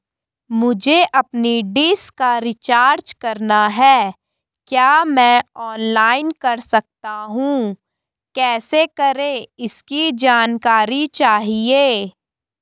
मुझे अपनी डिश का रिचार्ज करना है क्या मैं ऑनलाइन कर सकता हूँ कैसे करें इसकी जानकारी चाहिए?